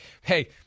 hey